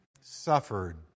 suffered